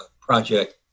project